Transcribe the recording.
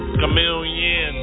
chameleon